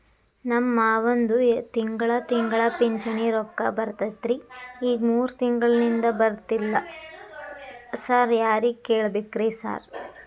ನಮ್ ಮಾವಂದು ತಿಂಗಳಾ ತಿಂಗಳಾ ಪಿಂಚಿಣಿ ರೊಕ್ಕ ಬರ್ತಿತ್ರಿ ಈಗ ಮೂರ್ ತಿಂಗ್ಳನಿಂದ ಬರ್ತಾ ಇಲ್ಲ ಸಾರ್ ಯಾರಿಗ್ ಕೇಳ್ಬೇಕ್ರಿ ಸಾರ್?